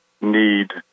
need